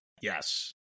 Yes